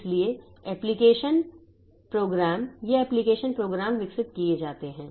इसलिए application program या application program विकसित किए जाते हैं